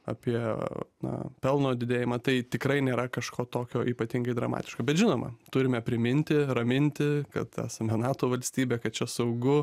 apie na pelno didėjimą tai tikrai nėra kažko tokio ypatingai dramatiško bet žinoma turime priminti raminti kad esame nato valstybė kad čia saugu